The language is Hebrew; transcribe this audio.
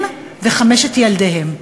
הם וחמשת ילדיהם.